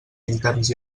interns